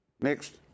Next